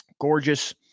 Gorgeous